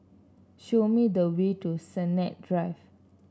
show me the way to Sennett Drive